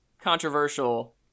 controversial